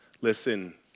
Listen